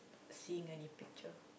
seeing any picture